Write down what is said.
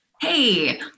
hey